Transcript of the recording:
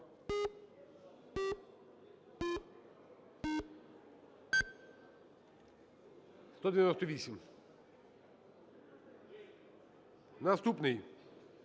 Наступний: